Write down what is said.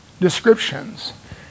descriptions